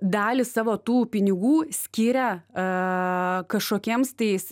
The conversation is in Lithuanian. dalį savo tų pinigų skiria a kažkokiems tais